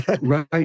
Right